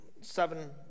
seven